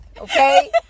Okay